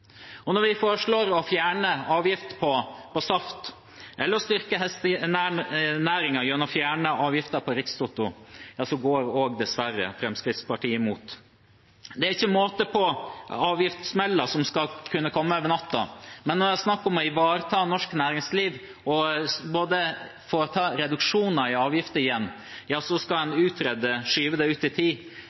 Og når vi foreslår å fjerne avgift på saft eller å styrke hestenæringen gjennom å fjerne avgiften på Norsk Rikstoto, går Fremskrittspartiet dessverre også imot. Det er ikke måte på avgiftssmeller som skal kunne komme over natten, men når det er snakk om å ivareta norsk næringsliv og foreta reduksjoner av avgifter igjen, skal en utrede og skyve det ut i tid.